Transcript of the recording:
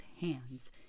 hands